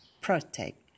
protect